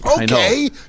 Okay